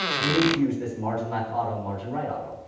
we need to use this margin-left auto, margin-right auto.